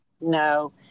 no